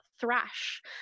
Thrash